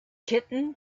kitten